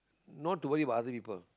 not to worry about other people